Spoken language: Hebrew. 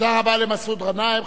תודה רבה למסעוד גנאים.